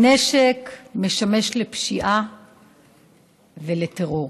נשק משמש לפשיעה ולטרור.